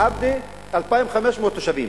עבדה, 2,500 תושבים.